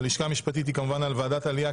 הלשכה המשפטית היא כמובן על ועדת העלייה,